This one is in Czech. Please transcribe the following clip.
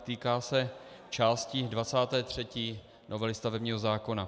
Týká se části 23. novely stavebního zákona.